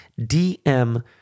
DM